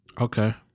Okay